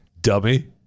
Dummy